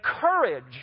courage